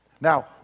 Now